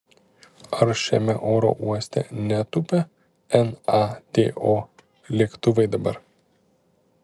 ar šiame oro uoste netūpia nato lėktuvai dabar